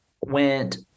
went